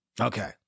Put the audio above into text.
Okay